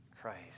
Christ